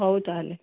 ହେଉ ତା'ହେଲେ